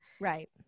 right